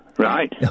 Right